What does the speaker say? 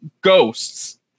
ghosts